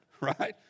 right